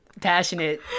passionate